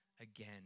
again